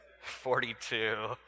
Forty-two